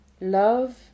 love